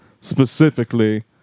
specifically